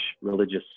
religious